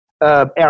air